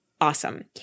awesome